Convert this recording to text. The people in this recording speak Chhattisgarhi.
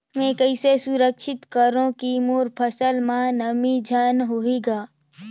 मैं कइसे सुरक्षित करो की मोर फसल म नमी झन होही ग?